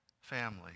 family